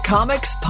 Comics